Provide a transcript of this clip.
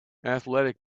athletic